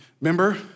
Remember